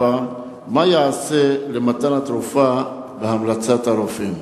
4. מה ייעשה למתן התרופה בהמלצת הרופאים?